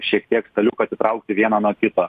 šiek tiek staliuką atitraukti vieną nuo kito